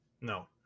No